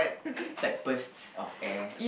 it's like bursts of air